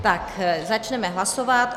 Takže začneme hlasovat.